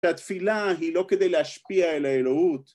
‫שהתפילה היא לא כדי להשפיע ‫אל האלוהות.